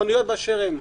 חנויות באשר הן,